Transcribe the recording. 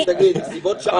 מצוין, הנה, סיכמנו על חברותה.